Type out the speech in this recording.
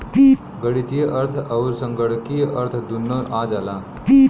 गणीतीय अर्थ अउर संगणकीय अर्थ दुन्नो आ जाला